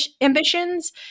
ambitions